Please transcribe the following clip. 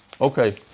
Okay